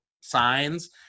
signs